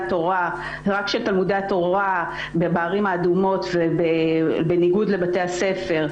התורה בערים האדומות ובניגוד לבתי הספר,